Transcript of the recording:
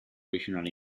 regional